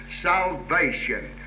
salvation